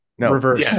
Reverse